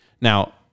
Now